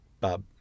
Bob